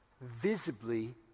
Visibly